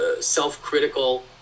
Self-critical